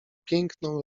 piękną